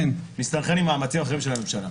מסתנכרן עם מאמצים אחרים של הממשלה.